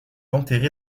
enterré